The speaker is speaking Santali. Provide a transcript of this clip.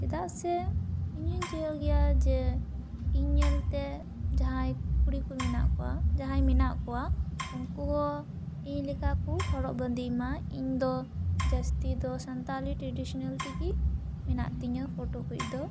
ᱪᱮᱫᱟᱜ ᱥᱮ ᱤᱧᱤᱧ ᱪᱟᱹᱭᱚᱜ ᱜᱮᱭᱟ ᱡᱮ ᱤᱧ ᱧᱮᱞᱛᱮ ᱡᱟᱦᱟᱭ ᱠᱩᱲᱤ ᱠᱩ ᱢᱤᱱᱟ ᱠᱩᱣᱟ ᱡᱟᱦᱟᱸᱭ ᱢᱮᱱᱟᱜ ᱠᱚᱣᱟ ᱩᱱᱠᱩ ᱦᱚᱸ ᱤᱧ ᱞᱮᱠᱟᱠᱩ ᱦᱚᱨᱚᱜᱽ ᱵᱟᱸᱫᱮᱭ ᱢᱟ ᱤᱧ ᱫᱚ ᱡᱟᱹᱥᱛᱤ ᱫᱚ ᱥᱟᱱᱛᱟᱞᱤ ᱴᱨᱟᱰᱤᱥᱚᱱᱟᱞ ᱛᱮᱜᱤ ᱢᱮᱱᱟᱜ ᱛᱤᱧᱟᱹ ᱯᱷᱳᱴᱳ ᱠᱩ ᱫᱚ